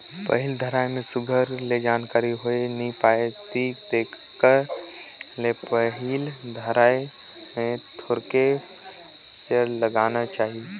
पहिल धाएर में सुग्घर ले जानकारी होए नी पाए कि तेकर ले पहिल धाएर में थोरहें सेयर लगागा चाही